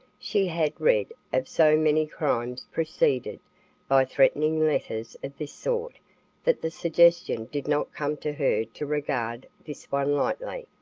she had read of so many crimes preceded by threatening letters of this sort that the suggestion did not come to her to regard this one lightly.